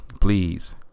Please